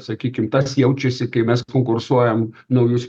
sakykim tas jaučiasi kai mes kursuojam naujus